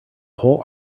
whole